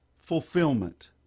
fulfillment